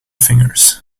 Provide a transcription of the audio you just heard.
fingers